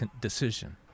decision